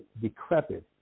decrepit